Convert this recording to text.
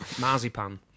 Marzipan